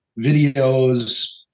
videos